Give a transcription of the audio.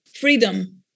freedom